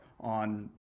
on